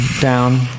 down